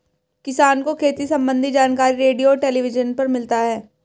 किसान को खेती सम्बन्धी जानकारी रेडियो और टेलीविज़न पर मिलता है